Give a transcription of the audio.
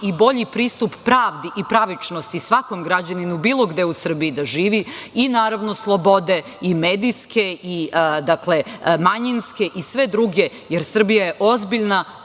i bolji pristup pravdi i pravičnosti svakom građaninu bilo gde u Srbiji da živi i naravno slobode i medijske i manjinske i sve druge, jer Srbija je ozbiljna,